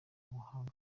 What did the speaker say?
ubuhanga